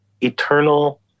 eternal